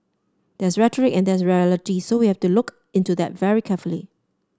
there's rhetoric and there's reality so we have to look into that very carefully